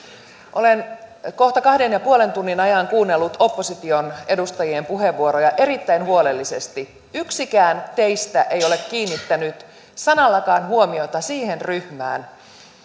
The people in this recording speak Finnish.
olen kohta kahden ja puolen tunnin ajan kuunnellut opposition edustajien puheenvuoroja erittäin huolellisesti yksikään teistä ei ole kiinnittänyt sanallakaan huomiota siihen ryhmään